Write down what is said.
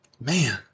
Man